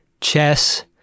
chess